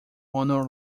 honour